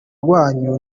rwanyu